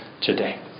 today